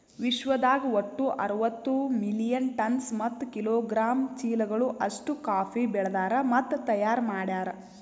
ವಿಶ್ವದಾಗ್ ಒಟ್ಟು ಅರವತ್ತು ಮಿಲಿಯನ್ ಟನ್ಸ್ ಮತ್ತ ಕಿಲೋಗ್ರಾಮ್ ಚೀಲಗಳು ಅಷ್ಟು ಕಾಫಿ ಬೆಳದಾರ್ ಮತ್ತ ತೈಯಾರ್ ಮಾಡ್ಯಾರ